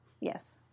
Yes